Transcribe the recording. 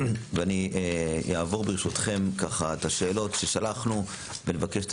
אני אעבור ברשותכם על השאלות ששלחנו ואני מבקש את